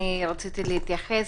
רציתי להתייחס,